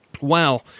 wow